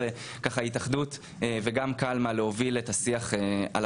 ההתאחדות וגם קלמ"ה נשמח להוביל את השיח על